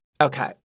Okay